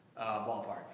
ballpark